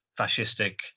fascistic